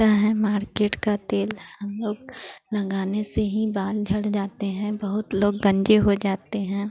ता है मार्केट का तेल हम लोग लगाने से ही बाल झड़ जाते हैं बहुत लोग गन्जे हो जाते हैं